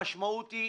המשמעות היא